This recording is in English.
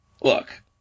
Look